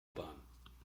bahn